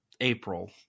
April